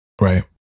Right